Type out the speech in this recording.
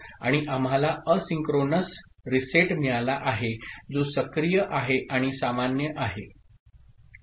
आणि आम्हाला asynchronous reset मिळाला आहे जो सक्रिय आणि सामान्य आहे